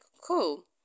cool